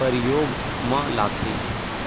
परियोग म लाथे